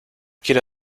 quiero